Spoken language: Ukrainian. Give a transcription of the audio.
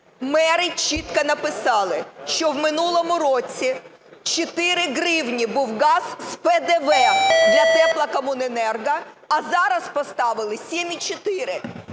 мери чітко написали, що в минулому році 4 гривні був газ з ПДВ для теплокомуненерго, а зараз поставили – 7,4.